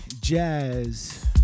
jazz